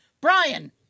Brian